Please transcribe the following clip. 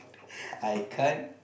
I can't